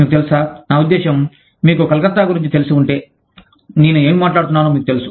మీకు తెలుసా నా ఉద్దేశ్యం మీకు కలకత్తా గురించి తెలిసి ఉంటే నేను ఏమి మాట్లాడుతున్నానో మీకు తెలుసు